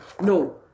no